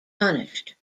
punished